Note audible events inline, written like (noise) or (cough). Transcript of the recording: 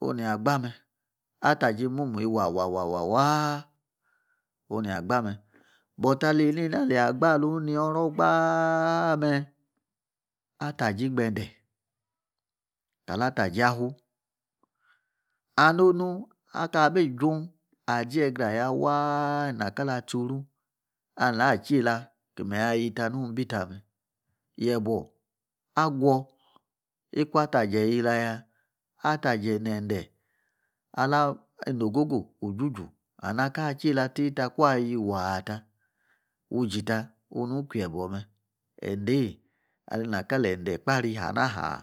onu neyi agba me. ataje imumuyi wa ioa waa. oniya agba me but alie yeineina ale yi agba alung ini oro gbaa me. ataji'ngbende ka la ataji'afuu. and onu akaa bi juun. onu aziyegra ya. waa. ina ka la'tso ru ala teiyela alimanyi ayi ta nung bi ta me'. yebuo aguor ikua taje yei la ya. alaje ne'nde ali nogogo ojuju and aka aba tei la tei ta. kuu a’ yii waa ta. wuu jiya. onung iku yebuor me.ɛndei ali na ka le ende ekpari ahanaha (unintelligible)